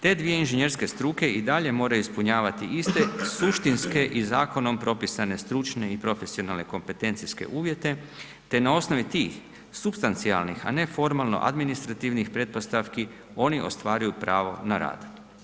Te dvije inženjerske struke i dalje moraju ispunjavati iste suštinske i zakonom propisane stručne i profesionalne kompetencijske uvjete, te na osnovi tih supstancijalnih, a ne formalno administrativnih pretpostavki, oni ostvaruju pravo na rad.